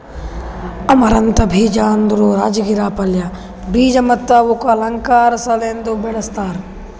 amaranth ಬೀಜ ಅಂದುರ್ ರಾಜಗಿರಾ ಪಲ್ಯ, ಬೀಜ ಮತ್ತ ಇವುಕ್ ಅಲಂಕಾರ್ ಸಲೆಂದ್ ಬೆಳಸ್ತಾರ್